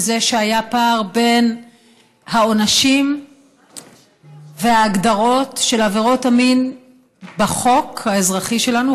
וזה שהיה פער בין העונשים וההגדרות של עבירות המין בחוק האזרחי שלנו,